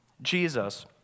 Jesus